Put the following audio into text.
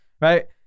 Right